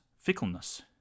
fickleness